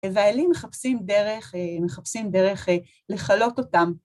והאלים מחפשים דרך לחלוק אותם.